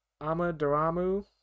Amadaramu